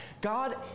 God